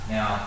Now